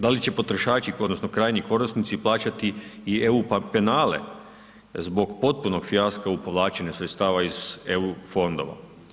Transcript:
Da li će potrošači, odnosno krajnji korisnici plaćati i eu penale zbog potpunog fijaska u povlačenju sredstava iz eu fondova.